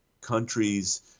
countries